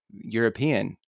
European